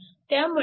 त्यामुळे हा 2